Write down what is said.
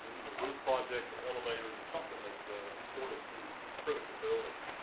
either roof projects or elevators or something that's important to critical buildings.